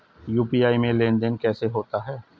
UPI में लेनदेन कैसे होता है?